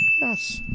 Yes